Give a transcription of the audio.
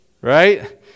right